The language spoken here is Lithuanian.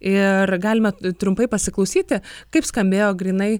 ir galima trumpai pasiklausyti kaip skambėjo grynai